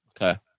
Okay